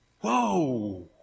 Whoa